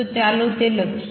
તો ચાલો તે લખીએ